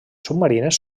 submarines